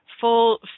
full